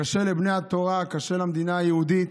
קשה לבני התורה, קשה למדינה היהודית,